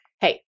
hey